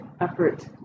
effort